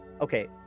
okay